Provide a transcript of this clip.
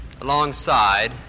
alongside